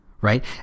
right